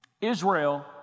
Israel